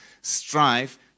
strive